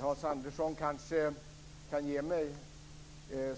Hans Andersson kanske kan ge mig